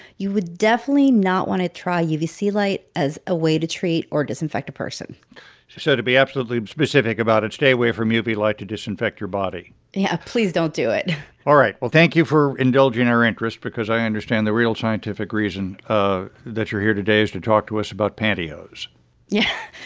you would definitely not want to try uvc light as a way to treat or disinfect a person so to be absolutely specific about it, stay away from uv light to disinfect your body yeah, please don't do it all right. well, thank you for indulging our interest because i understand the real scientific reason ah that you're here today is to talk to us about pantyhose yeah,